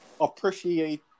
appreciate